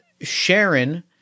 sharon